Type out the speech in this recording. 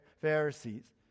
Pharisees